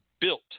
built